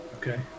Okay